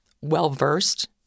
well-versed